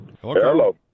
Hello